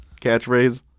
catchphrase